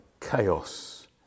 chaos